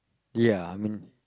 ya I mean